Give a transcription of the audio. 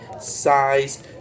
size